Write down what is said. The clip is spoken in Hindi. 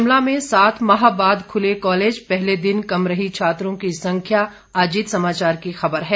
शिमला में सात माह बाद खुले कॉलेज पहले दिन कम रही छात्रों की संख्या अजीत समाचार की खबर है